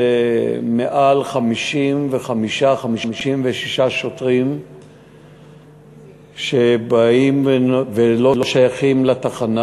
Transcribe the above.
זה מעל 55 56 שוטרים שבאים ולא שייכים לתחנה.